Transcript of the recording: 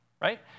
right